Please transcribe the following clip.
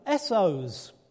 SOs